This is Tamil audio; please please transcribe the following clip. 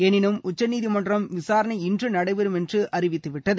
எனினும் உச்சநீதிமன்றம் விசாரணை இன்று நடைபெறும் என்று அறிவித்துவிட்டது